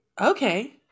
Okay